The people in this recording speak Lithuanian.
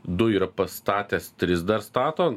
du yra pastatęs tris dar stato